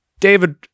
David